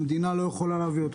המדינה לא יכולה להביא אותו.